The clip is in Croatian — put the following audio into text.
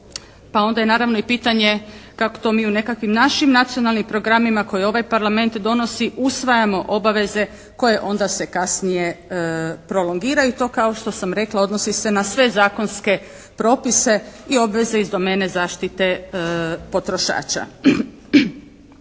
pa onda je naravno i pitanje kako to mi u nekakvim našim nacionalnim programima koji ovaj Parlament donosi usvajamo obaveze koje onda se kasnije prolongiraju i to kao što sam rekla odnosi se na sve zakonske propise i obveze iz domene zaštite potrošača.